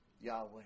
Yahweh